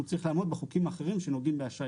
הוא צריך לעמוד בחוקים אחרים שנוגעים האשראי,